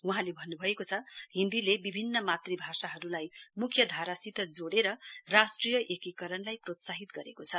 वहाँले भन्नुभएको छ हिन्दीले विभिन्न मातृभाषाहरुलाई मुख्य धारासित जोडेर राष्ट्रिय एकीकरणलाई प्रोत्साहित गरेको छ